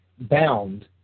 bound